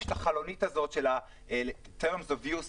יש את החלונית הזו של terms of use,